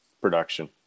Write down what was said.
production